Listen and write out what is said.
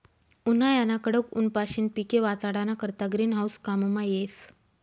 उन्हायाना कडक ऊनपाशीन पिके वाचाडाना करता ग्रीन हाऊस काममा येस